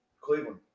Cleveland